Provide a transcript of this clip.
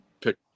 pick